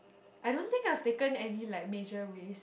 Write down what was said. I don't think I've taken any like major ways